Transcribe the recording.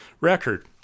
record